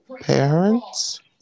parents